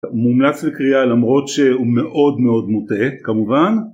מומלץ לקריאה למרות שהוא מאוד מאוד מוטעה כמובן